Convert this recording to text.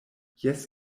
jes